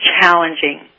challenging